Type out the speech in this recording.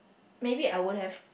maybe I won't have